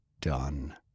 done